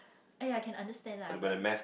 aiyah can understand lah but